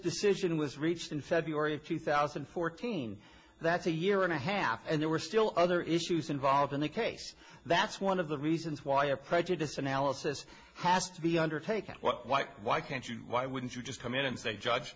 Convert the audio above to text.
decision was reached in february of two thousand and fourteen that's a year and a half and there were still other issues involved in the case that's one of the reasons why a prejudice analysis has to be undertaken why why can't you why wouldn't you just come in and say judge